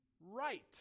right